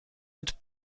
mit